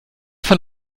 von